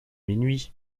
minuit